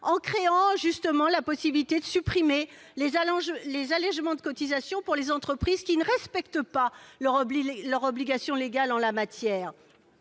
en instaurant la possibilité de supprimer les allégements de cotisations pour les entreprises qui ne respectent pas les obligations légales en la matière.